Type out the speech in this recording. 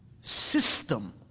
system